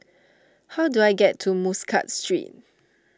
how do I get to Muscat Street